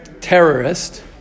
terrorist